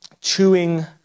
chewing